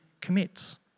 commits